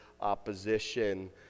opposition